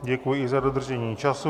Děkuji i za dodržení času.